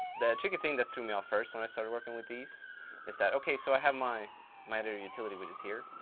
the tricky thing that threw me off first when i started working with these is that, okay, so i have my my editor utility widget here.